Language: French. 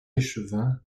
échevin